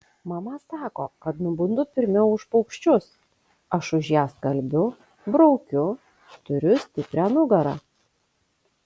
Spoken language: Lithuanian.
mama sako kad nubundu pirmiau už paukščius aš už ją skalbiu braukiu turiu stiprią nugarą